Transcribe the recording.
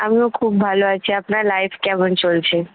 আমিও খুব ভালো আছি আপনার লাইফ কেমন চলছে